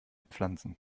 pflanzen